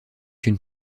une